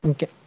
Okay